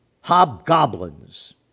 hobgoblins